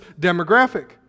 demographic